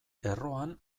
erroan